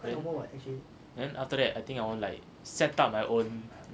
right then after that I think I want like set up my own